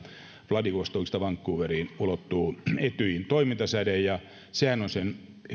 vladivostokista vancouveriin ulottuu etyjin toimintasäde ja sehän on sen